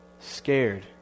scared